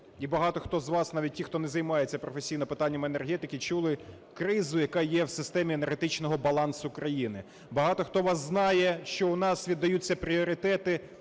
і багато хто з вас, навіть ті, хто не займається професійно питаннями енергетики, чули кризу, яка є в системі енергетичного балансу країни. Багато хто з вас знає, що у нас віддаються пріоритети